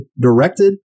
directed